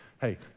Hey